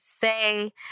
say